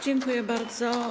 Dziękuję bardzo.